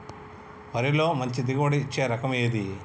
వరిలో మంచి దిగుబడి ఇచ్చే రకం ఏది?